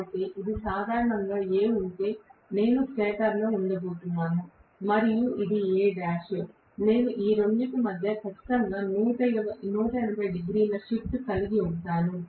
కాబట్టి ఇది సాధారణంగా A ఉంటే నేను స్టేటర్లో ఉండబోతున్నాను మరియు ఇది Al నేను ఈ రెండింటి మధ్య ఖచ్చితంగా 180 డిగ్రీల షిఫ్ట్ కలిగి ఉంటాను